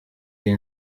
iyi